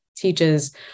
teaches